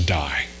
die